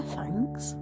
thanks